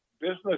business